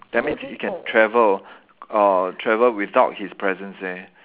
that means he can travel uh travel without his presence there